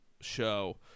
show